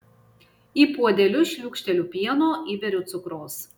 į puodelius šliūkšteliu pieno įberiu cukraus